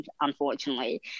unfortunately